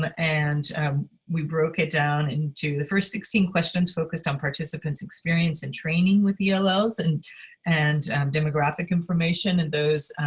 but and um we broke it down into the first sixteen questions focused on participant's experience in training with ells and and demographic information, and those